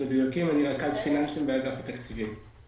שלום, אני רכז פיננסי באגף התקציבים.